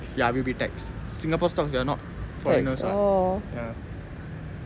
ya will be taxed singapore stocks you are not foreigners [what] ya